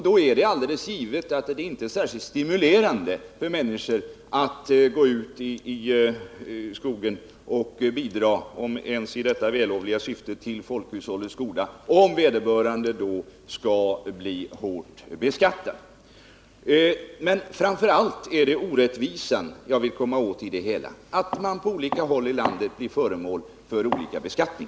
Då är det inte särskilt stimulerande för människor att gå ut i skogen i det vällovliga syftet att bidra till folkhushållet, om vederbörande skall bli hårt beskattad. Men framför allt är det orättvisan jag vill komma åt i det hela. Det är orättvist när man på olika håll i landet blir föremål för olika beskattning.